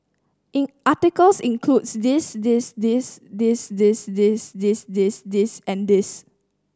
in articles include this this this this this this this this this and this